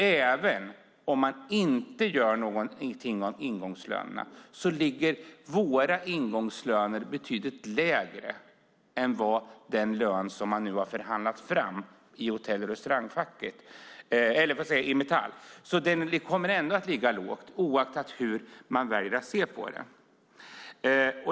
Även om man inte gör någonting åt ingångslönerna ligger våra ingångslöner betydligt lägre än den lön som man nu har förhandlat fram i Metall. Den kommer alltså ändå att ligga lågt, oavsett hur man väljer att se på det.